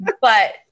But-